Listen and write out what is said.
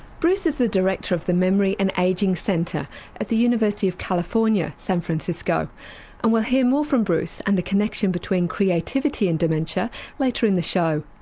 bruce is the director of the memory and aging centre at the university of california, san francisco and we'll hear more from bruce and the connection between creativity and dementia later in the show.